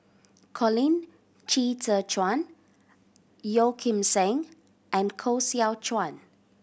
Colin Qi Zhe Quan Yeo Kim Seng and Koh Seow Chuan